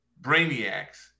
brainiacs